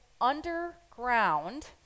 underground